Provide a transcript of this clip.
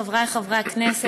חברי חברי הכנסת,